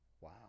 Wow